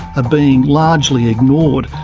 ah being largely ignored,